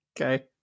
Okay